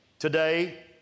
Today